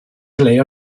clay